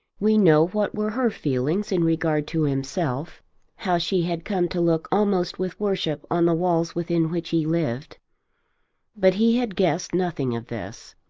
we know what were her feelings in regard to himself how she had come to look almost with worship on the walls within which he lived but he had guessed nothing of this.